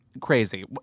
crazy